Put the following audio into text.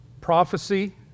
prophecy